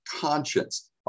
conscience